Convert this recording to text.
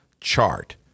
chart